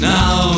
Now